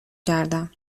کردم